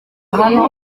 hano